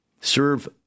serve